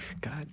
God